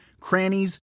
crannies